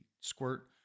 squirt